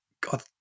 God